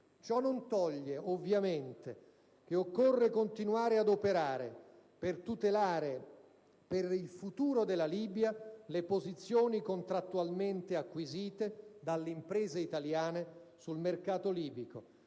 Ciò non toglie, ovviamente, che occorre continuare ad operare per tutelare, per il futuro della Libia, le posizioni contrattualmente acquisite dalle imprese italiane sul mercato libico.